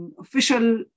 official